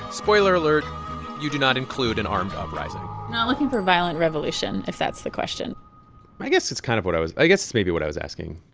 spoiler alert you do not include an armed uprising we're not looking for violent revolution, if that's the question i guess it's kind of what i was i guess it's maybe what i was asking